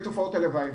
זה לגבי תופעות הלוואי.